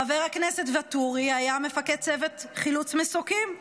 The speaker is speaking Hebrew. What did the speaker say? חבר הכנסת ואטורי היה מפקד צוות חילוץ מסוקים,